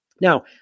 Now